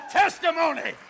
testimony